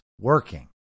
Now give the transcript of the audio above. working